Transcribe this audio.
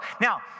Now